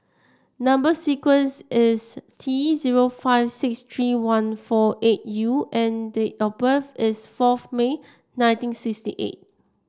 number sequence is T zero five six three one four eight U and date of birth is four May nineteen sixty eight